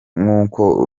nk’uko